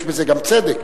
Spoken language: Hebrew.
יש בזה גם צדק,